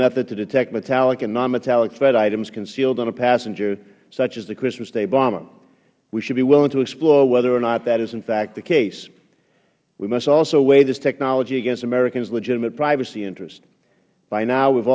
method to detect metallic and nonmetallic threat items concealed on a passenger such as the christmas day bomber we should be willing to explore whether or not that is in fact the case we must also weigh this technology against americans legitimate privacy interests by now we